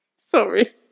Sorry